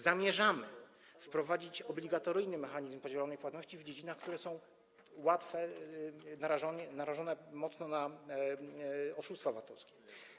Zamierzamy wprowadzić obligatoryjny mechanizm podzielonej płatności w dziedzinach, które są bardzo narażone na oszustwa VAT-owskie.